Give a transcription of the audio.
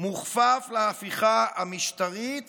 מוכפף להפיכה המשטרית